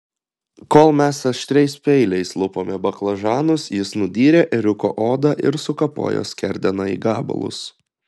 kol mes aštriais peiliais lupome baklažanus jis nudyrė ėriuko odą ir sukapojo skerdeną į gabalus